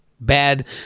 Bad